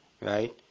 right